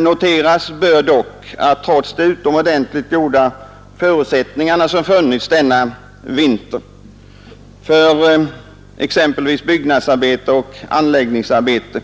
Noteras bör dock att trots de utomordentligt goda förutsättningar som funnits denna vinter för exempelvis byggnadsarbete och anläggningsarbete,